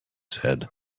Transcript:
said